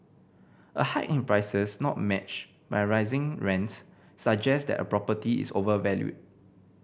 a hike in prices not matched by rising rents suggest that a property is overvalued